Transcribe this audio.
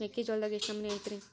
ಮೆಕ್ಕಿಜೋಳದಾಗ ಎಷ್ಟು ನಮೂನಿ ಐತ್ರೇ?